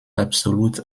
absolut